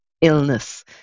illness